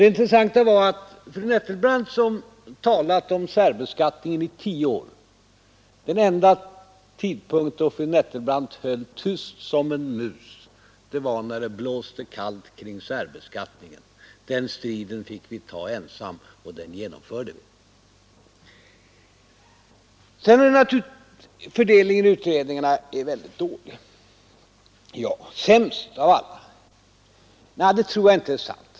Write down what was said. Det intressanta var att den enda tidpunkt då fru Nettelbrandt, som talat om särbeskattning i tio år, höll tyst som en mus det var när det blåste kallt kring särbeskattningen. Den striden fick vi ta ensamma och den genomförde vi. Fru Nettelbrandt säger att könsfördelningen inom det offentliga utredningsväsendet är mycket dålig, ja sämst av allt. Det tror jag inte är sant.